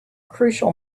crucial